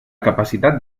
capacitat